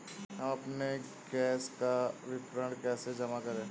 हम अपने गैस का विपत्र कैसे जमा करें?